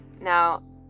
Now